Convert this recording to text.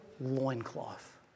loincloth